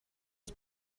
das